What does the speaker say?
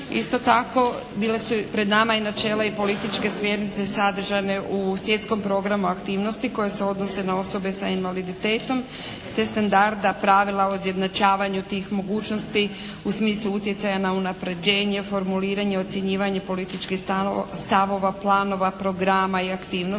Isto tako bile su pred nama i načela i političke smjernice sadržane u Svjetskom program u aktivnosti koje se odnose na osoba sa invaliditetom te standarda, pravila o izjednačavanju tih mogućnosti u smislu utjecaja na unapređenje, formuliranje, ocjenjivanje političkih stavova, planova, programa i aktivnosti